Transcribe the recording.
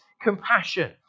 compassion